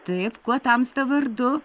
taip kuo tamsta vardu